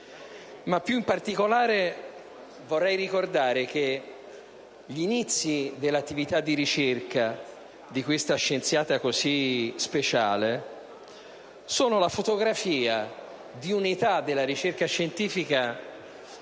Ma più in particolare vorrei ricordare che gli inizi dell'attività di ricerca di questa scienziata così speciale sono la fotografia di unità della ricerca scientifica